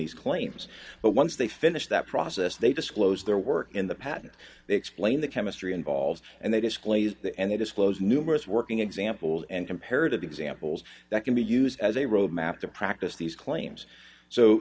these claims but once they finish that process they disclose their work in the patent they explain the chemistry involved and they display is the end they disclose numerous working examples and comparative examples that can be used as a roadmap to practice these claims so